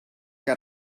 que